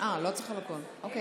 לא צריך על הכול, אוקיי.